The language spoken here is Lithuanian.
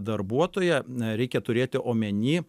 darbuotoją a reikia turėti omeny